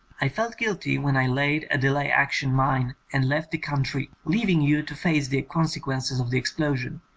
i felt guilty when i laid a delay-action mine and left the country, leaving you to face the consequences of the explosion.